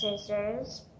scissors